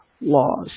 laws